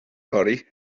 fory